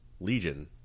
legion